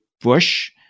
Bush